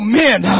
men